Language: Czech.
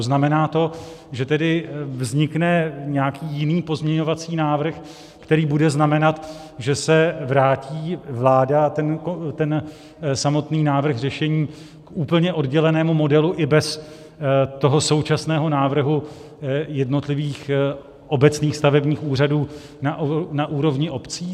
Znamená to, že tedy vznikne nějaký jiný pozměňovací návrh, který bude znamenat, že se vrátí vláda a ten samotný návrh řešení k úplně oddělenému modelu i bez toho současného návrhu jednotlivých obecných stavebních úřadů na úrovni obcí?